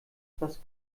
etwas